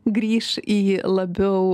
grįš į labiau